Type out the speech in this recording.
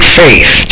faith